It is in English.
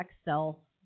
Excel